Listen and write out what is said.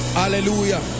hallelujah